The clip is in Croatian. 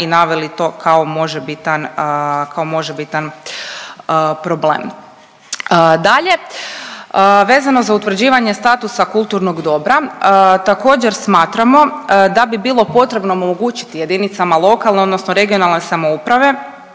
možebitan, kao možebitan problem. Dalje, vezano za utvrđivanje statusa kulturnog dobra, također smatramo da bi bilo potrebno omogućiti jedinicama lokalne odnosno regionalne samouprave